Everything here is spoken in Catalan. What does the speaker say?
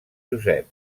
josep